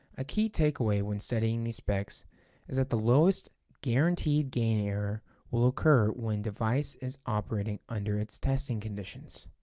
a key takeaway when studying these specs is that the lowest guaranteed gain error will occur when device is operating under its testing conditions,